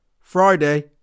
Friday